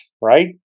right